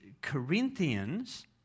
Corinthians